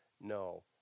No